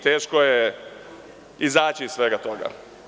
Teško je izaći iz svega toga.